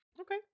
Okay